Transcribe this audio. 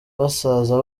basaza